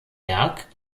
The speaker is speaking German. berg